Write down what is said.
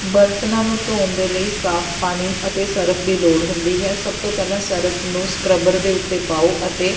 ਬਰਤਨਾਂ ਨੂੰ ਧੋਣ ਦੇ ਲਈ ਸਾਫ਼ ਪਾਣੀ ਅਤੇ ਸਰਫ ਦੀ ਲੋੜ ਹੁੰਦੀ ਹੈ ਸਭ ਤੋਂ ਪਹਿਲਾਂ ਸਰਫ ਨੂੰ ਸਕ੍ਰੱਬਰ ਦੇ ਉੱਤੇ ਪਾਓ ਅਤੇ